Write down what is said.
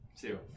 Two